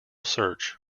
search